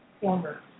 former